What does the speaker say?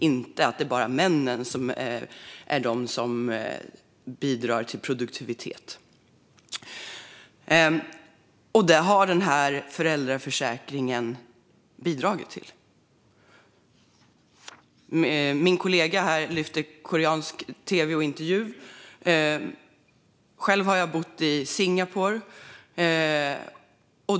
Det ska inte bara vara männen som bidrar till produktiviteten. Allt detta har föräldraförsäkringen bidragit till. Min kollega lyfte fram en koreansk tv-intervju, och själv har jag bott i Singapore.